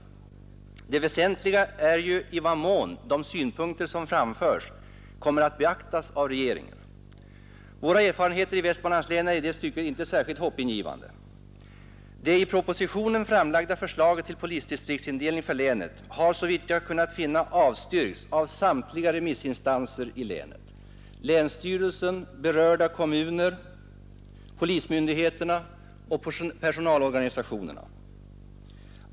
Det väsentliga är ju i vad mån de synpunkter som framförs kommer att beaktas av regeringen. Våra erfarenheter i Västmanlands län är i detta stycke inte särskilt hoppingivande. Det i propositionen framlagda förslaget till polisdistriktsindelning för länet har såvitt jag kunnat finna avstyrkts av samtliga remissinstanser i länet — länsstyrelsen, berörda Nr 27 kommuner, polismyndigheterna och personalorganisationerna.